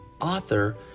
author